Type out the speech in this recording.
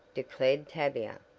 declared tavia,